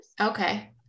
okay